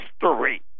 history